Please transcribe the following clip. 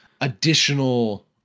additional